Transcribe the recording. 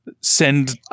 send